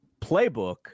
playbook